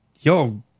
yo